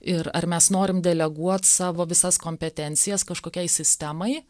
ir ar mes norim deleguot savo visas kompetencijas kažkokiai sistemai